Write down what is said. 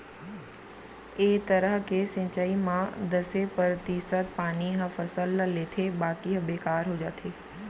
ए तरह के सिंचई म दसे परतिसत पानी ह फसल ल लेथे बाकी ह बेकार हो जाथे